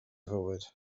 fywyd